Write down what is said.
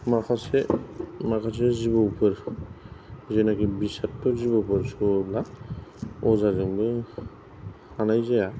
माखासे माखासे जिबौफोर जेनाखि बिसाथ' जिबौफोर सौवोब्ला अजाजोंबो हानाय जाया